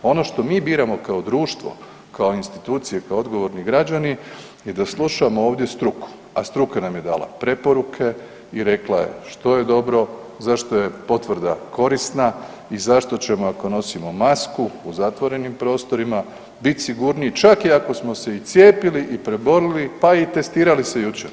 Ono što mi biramo kao društvo, kao institucije, kao odgovorni građani je da slušamo ovdje struku, a struka nam je dala preporuke i rekla što je dobro, zašto je potvrda korisna i zašto ćemo, ako nosimo masku u zatvorenim prostorima bit sigurniji, čak i ako smo se i cijepili i preboljeli, pa i testirali se jučer.